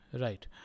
right